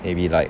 maybe like